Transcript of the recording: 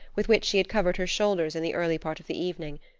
with which she had covered her shoulders in the early part of the evening.